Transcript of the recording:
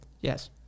yes